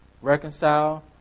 reconcile